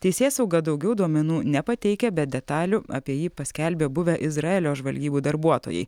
teisėsauga daugiau duomenų nepateikia bet detalių apie jį paskelbė buvę izraelio žvalgybų darbuotojai